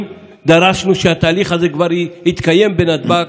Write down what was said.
שהם חלק מהצוותים הרפואיים בבית